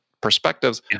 perspectives